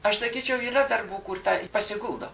aš sakyčiau yra darbų kur ta pasiguldo